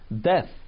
death